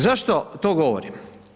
Zašto to govorim?